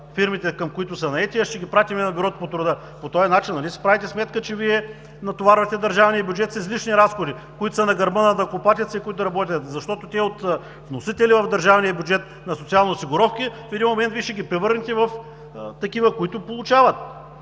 фирмите, към които са наети, а ще ги пратим на бюрото по труда? По този начин нали си правите сметка, че Вие натоварвате държавния бюджет с излишни разходи, които са на гърба на данъкоплатеца и които работят? Защото от вносители на социални осигуровки в държавния бюджет в един момент Вие ще ги превърнете в такива, които получават.